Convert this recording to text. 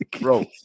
bro